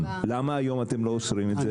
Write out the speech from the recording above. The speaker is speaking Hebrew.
למה היום אתם לא אוסרים את זה?